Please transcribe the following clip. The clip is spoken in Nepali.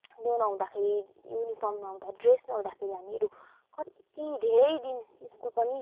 यो नहुँदा खेरि युनिफर्म नहुँदा ड्रेस नहुँदाखेरि हामीहरू कति धेरै दिन स्कुल पनि